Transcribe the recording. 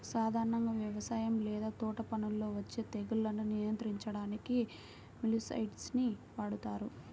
సాధారణంగా వ్యవసాయం లేదా తోటపనుల్లో వచ్చే తెగుళ్లను నియంత్రించడానికి మొలస్సైడ్స్ ని వాడుతారు